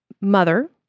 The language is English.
mother